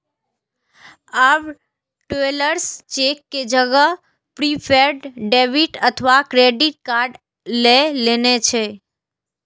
आब travellers cheque के जगह प्रीपेड डेबिट अथवा क्रेडिट कार्ड लए लेने छै